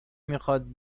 میخواد